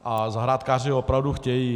A zahrádkáři ho opravdu chtějí.